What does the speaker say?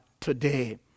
today